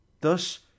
Thus